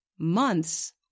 months